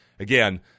Again